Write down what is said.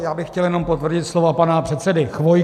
Já bych chtěl jenom potvrdit slova pana předsedy Chvojky.